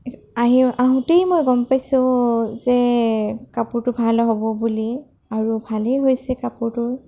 আহি আহোঁতেই মই গম পাইছোঁ যে কাপোৰটো ভাল হ'ব বুলি আৰু ভালেই হৈছে কাপোৰটো